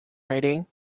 riding